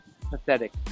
Pathetic